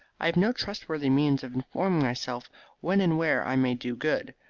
i have no trustworthy means of informing myself when and where i may do good.